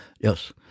yes